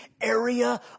area